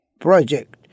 project